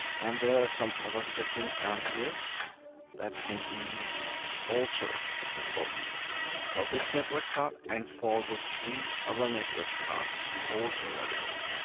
and there are some other settings down here that can be altered for for this network card and for the three other network cards also available.